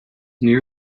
near